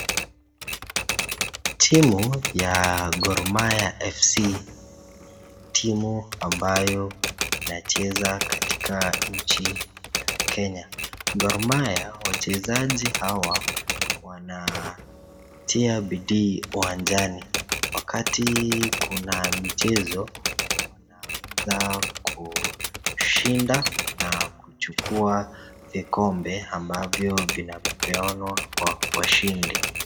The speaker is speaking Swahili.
Timu ya Gormahia Fc ni timu ambayo inacheza katika nchi ya Kenya. Gormahia wachezaji hawa wanatia bidii uwanjani wakati hii kuna michezo wanaweza kushinda na kuchukua vikombe ambavyo vinapeanwa kwa washindi.